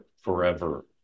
forever